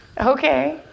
Okay